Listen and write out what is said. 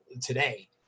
today